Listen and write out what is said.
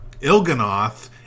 Ilganoth